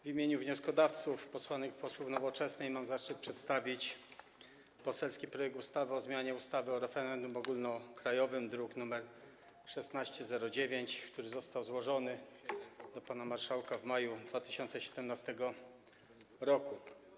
W imieniu wnioskodawców, posłanek i posłów Nowoczesnej, mam zaszczyt przedstawić poselski projekt ustawy o zmianie ustawy o referendum ogólnokrajowym, druk nr 1609, który został złożony do pana marszałka w maju 2017 r.